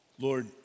Lord